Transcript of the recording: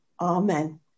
Amen